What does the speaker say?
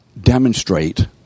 demonstrate